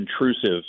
intrusive